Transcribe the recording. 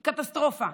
קטסטרופה.